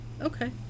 Okay